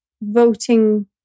voting